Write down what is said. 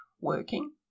working